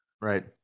right